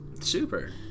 Super